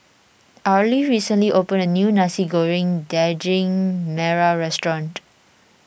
Arly recently opened a new Nasi Goreng Daging Merah restaurant